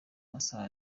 masaha